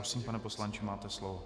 Prosím, pane poslanče, máte slovo.